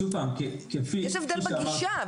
יש הבדל בגישה.